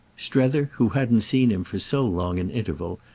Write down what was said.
strether, who hadn't seen him for so long an interval,